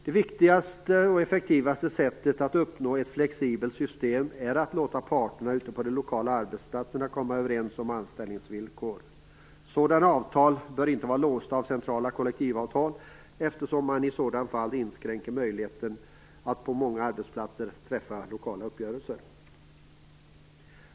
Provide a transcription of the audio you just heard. Det viktigaste och effektivaste sättet att uppnå ett flexibelt system är att låta parterna ute på de lokala arbetsplatserna komma överens om anställningsvillkoren. Sådana avtal bör inte vara låsta av centrala kollektivavtal, eftersom det på många arbetsplatser skulle inskränka möjligheten att träffa lokala uppgörelser.